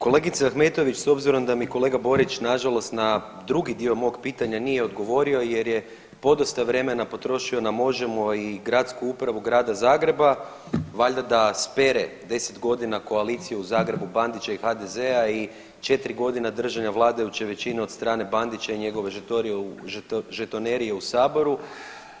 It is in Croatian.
Kolegice Ahmetović, s obzirom da mi kolega Borić nažalost na drugi dio mog pitanja nije odgovorio jer je podosta vremena potrošio na Možemo! i gradsku upravu grada Zagreba, valjda da spere 10 g. koalicije u Zagrebu Bandića i HDZ-a i 4 g. držanja vladajuće većine od strane Bandića i njegovih žetonerije u Saboru,